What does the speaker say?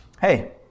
Hey